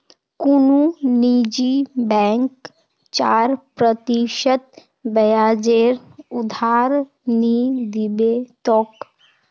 कुनु निजी बैंक चार प्रतिशत ब्याजेर उधार नि दीबे तोक